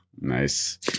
nice